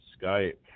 Skype